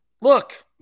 look